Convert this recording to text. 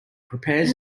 prepares